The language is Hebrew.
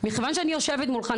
מכיוון שאני יושבת מולך,